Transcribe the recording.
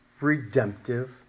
redemptive